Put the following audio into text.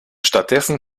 stattdessen